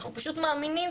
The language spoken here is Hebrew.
אנחנו פשוט מאמינים,